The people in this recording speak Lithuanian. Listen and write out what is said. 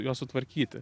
juos sutvarkyti